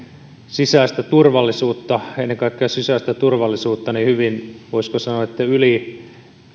sisäistä turvallisuutta ennen kaikkea sisäistä turvallisuutta hyvin voisiko sanoa yli